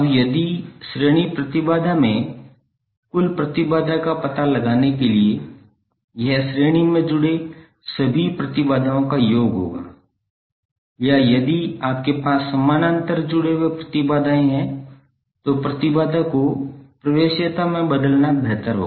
अब यदि श्रेणी प्रतिबाधा में कुल प्रतिबाधा का पता लगाने के लिए यह श्रेणी में जुड़े सभी प्रतिबाधाओं का योग होगा या यदि आपके पास समानांतर जुड़े हुए प्रतिबाधाएं हैं तो प्रतिबाधा को प्रवेश्यता में बदलना बेहतर है